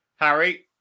Harry